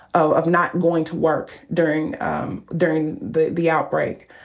of not going to work during um during the the outbreak,